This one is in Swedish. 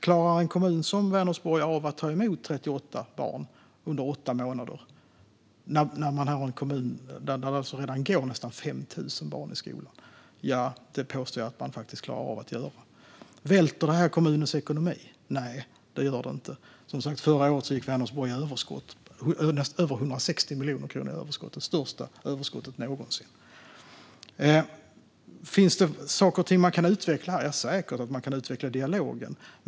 Klarar en kommun som Vänersborg av att ta emot 38 barn under åtta månader? Detta är en kommun där det går nästan 5 000 barn i skolan. Ja, det påstår jag att man klarar. Välter detta kommunens ekonomi? Nej, det gör det inte. Förra året hade Vänersborg över 160 miljoner i överskott. Det största överskottet någonsin. Finns det saker som kan utvecklas? Jag är säker på att man kan utveckla dialogen.